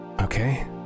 Okay